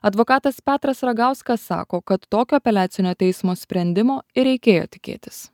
advokatas petras ragauskas sako kad tokio apeliacinio teismo sprendimo ir reikėjo tikėtis